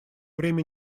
время